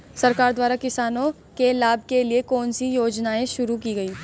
सरकार द्वारा किसानों के लाभ के लिए कौन सी योजनाएँ शुरू की गईं?